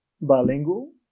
bilingual